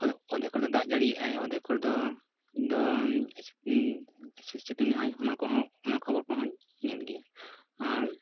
ᱚᱨᱫᱷᱮᱠ ᱚᱨᱫᱷᱮᱠ ᱫᱟᱜ ᱡᱟᱲᱤᱭᱮᱫ ᱟᱭ ᱚᱫᱷᱮᱠ ᱠᱚᱨᱮ ᱫᱚ ᱫᱚᱱ ᱥᱤ ᱥᱤᱛᱩᱝᱮᱜ ᱟᱭ ᱚᱱᱟ ᱠᱚᱦᱚᱸ ᱚᱱᱟ ᱠᱷᱚᱵᱚᱨ ᱠᱚᱦᱚᱧ ᱧᱮᱞ ᱜᱮᱭᱟ ᱟᱨ